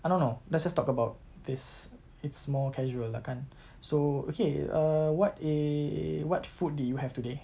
I don't know let's just talk about this it's more casual lah kan so okay err what eh what food did you have today